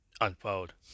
unfold